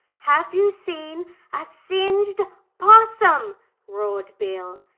have you seen a singed possum roared bill.